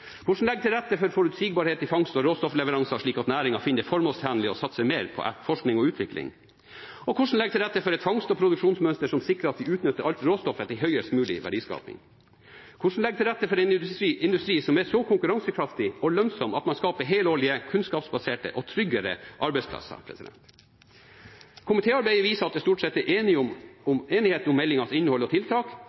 Hvordan legge til rette for forutsigbarhet i fangst og råstoffleveranser, slik at næringen finner det formålstjenlig å satse mer på forskning og utvikling? Hvordan legge til rette for et fangst- og produksjonsmønster som sikrer at vi utnytter alt råstoffet til høyest mulig verdiskaping? Hvordan legge til rette for en industri som er så konkurransekraftig og lønnsom at man skaper helårlige, kunnskapsbaserte og tryggere arbeidsplasser? Komitéarbeidet viser at det stort sett er enighet om meldingens innhold og tiltak.